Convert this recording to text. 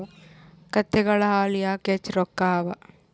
ಕತ್ತೆಗಳ ಹಾಲ ಯಾಕ ಹೆಚ್ಚ ರೊಕ್ಕ ಅವಾ?